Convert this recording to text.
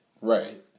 Right